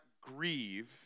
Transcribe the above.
grieve